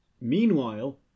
Meanwhile